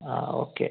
ആ ഓക്കെ